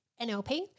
NLP